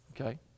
Okay